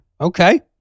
okay